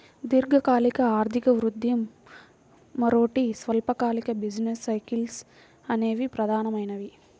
దీర్ఘకాలిక ఆర్థిక వృద్ధి, మరోటి స్వల్పకాలిక బిజినెస్ సైకిల్స్ అనేవి ప్రధానమైనవి